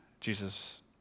Jesus